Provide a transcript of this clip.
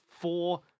four